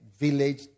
village